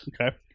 Okay